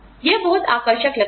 यह बहुत आकर्षक लगता है